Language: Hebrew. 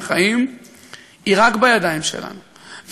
מהחיים,